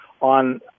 on